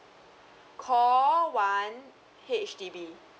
call one H_D_B